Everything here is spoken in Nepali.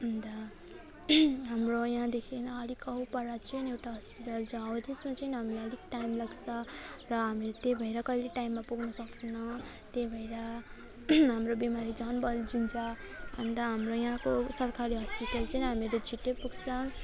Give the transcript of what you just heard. अन्त हाम्रो यहाँदेखिन् अलिक अब पर चाहिँ एउटा हस्पिटल छ हो त्यसमा चाहिँ हामीलाई अलिक टाइम लाग्छ र हामी त्यही भएर कहिले टाइममा पुग्नु सक्दैन त्यही भएर हाम्रो बिमारी झन् बल्झिन्छ अन्त हाम्रो यहाँको सरकारी हस्पिटलहरू चाहिँ हामीहरू छिटै पुग्छ